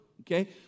Okay